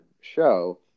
show